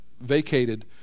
vacated